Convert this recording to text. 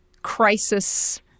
crisis